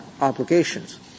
obligations